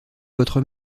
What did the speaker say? votre